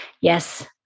Yes